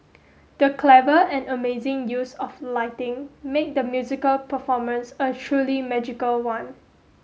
the clever and amazing use of lighting made the musical performance a truly magical one